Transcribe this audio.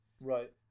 Right